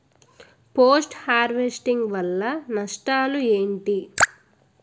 Post harvesting వల్ల నష్టాలు ఏంటి?